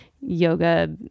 yoga